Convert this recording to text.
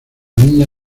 niña